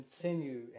continue